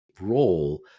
role